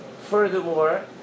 furthermore